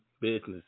business